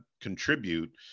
contribute